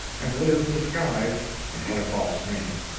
and lived disguised and had a false name.